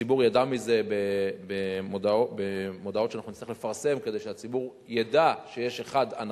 הציבור ידע על זה ממודעות שאנחנו נצטרך לפרסם כדי שהציבור ידע שיש הנחה,